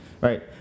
right